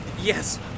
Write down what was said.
Yes